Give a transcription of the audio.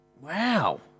Wow